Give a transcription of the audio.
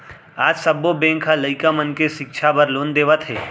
आज सब्बो बेंक ह लइका मन के सिक्छा बर लोन देवत हे